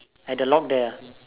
at the log there ah